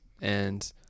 and-